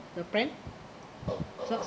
the plan so